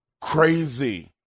crazy